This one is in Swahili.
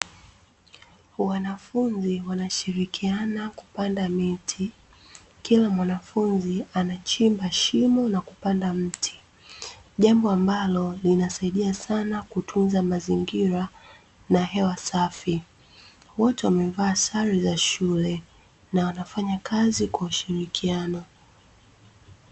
Wanafunzi wanashirikiana kupanda miti, kila mwanafunzi anachimba shimo na kupanda mti. Jambo ambalo linasaidia sana kutunza mazingira na hewa safi. Wote wamevaa sare za shule na wanafanya kazi kwa ushirikiano.